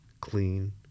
clean